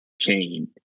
chain